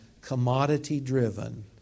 commodity-driven